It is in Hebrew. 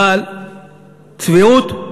אבל צביעות,